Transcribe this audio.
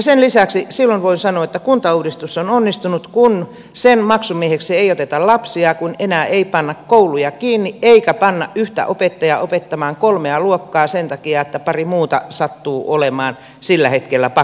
sen lisäksi silloin voin sanoa että kuntauudistus on onnistunut kun sen maksumieheksi ei oteta lapsia kun enää ei panna kouluja kiinni eikä panna yhtä opettajaa opettamaan kolmea luokkaa sen takia että pari muuta sattuu olemaan sillä hetkellä pakkolomalla